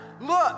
look